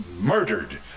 murdered